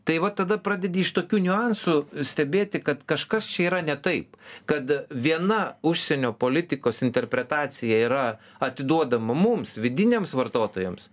tai va tada pradedi iš tokių niuansų stebėti kad kažkas čia yra ne taip kad viena užsienio politikos interpretacija yra atiduodama mums vidiniams vartotojams